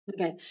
Okay